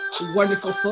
wonderful